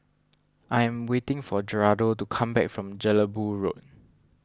I am waiting for Geraldo to come back from Jelebu Road